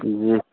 जी